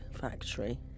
factory